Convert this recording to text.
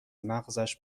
مغزش